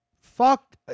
Fuck